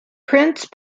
prince